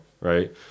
right